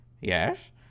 Yes